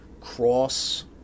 cross